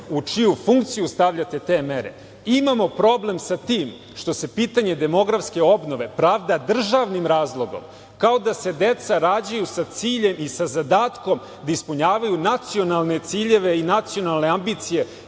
u čiju funkciju stavljate te mere. Imamo problem sa tim što se pitanje demografske obnove pravda državnim razlogom, kao da se deca rađaju sa ciljem i sa zadatkom da ispunjavaju nacionalne ciljeve i nacionalne ambicije